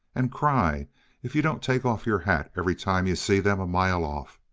and cry if you don't take off your hat every time you see them a mile off.